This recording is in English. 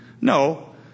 No